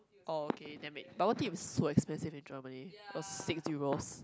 oh okay that make bubble tea was so expensive in Germany it was six Euros